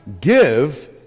Give